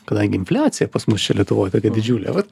kadangi infliacija pas mus čia lietuvoj tokia didžiulė vat